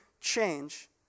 change